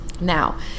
now